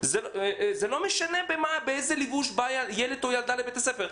לא משנה באיזה לבוש באים ילד או ילדה לבית הספר.